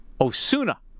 Osuna